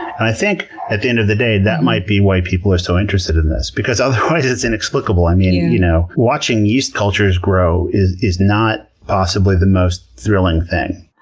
i think at the end of the day, that might be why people are so interested in this because otherwise it's inexplicable. i mean, you know watching yeast cultures grow is is not the most thrilling thing.